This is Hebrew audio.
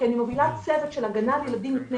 כי אני מובילה צוות של הגנה על ילדים מפני